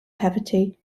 cavity